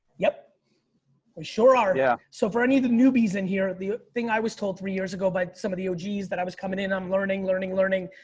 yep. we sure are. yeah. so for any of the newbies in here, the thing i was told three years ago by some of the ogs that i was coming in, i'm learning, learning, learning.